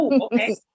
okay